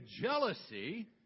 jealousy